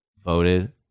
voted